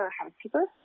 housekeeper